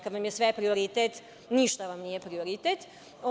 Kada vam je sve prioritet, ništa vam nije prioritet.